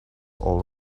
all